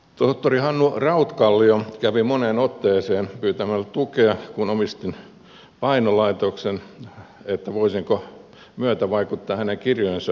tohtori hannu rautkallio kävi moneen otteeseen pyytämässä tukea kun omistin painolaitoksen että voisinko myötävaikuttaa hänen kirjojensa julkistamiseen